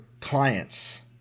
clients